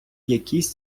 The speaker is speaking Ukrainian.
якісь